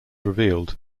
revealed